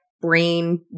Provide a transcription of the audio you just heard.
brain